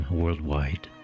worldwide